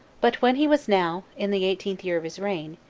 but when he was now in the eighteenth year of his reign,